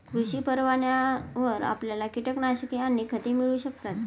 कृषी परवान्यावर आपल्याला कीटकनाशके आणि खते मिळू शकतात